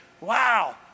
wow